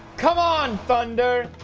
come on thunder,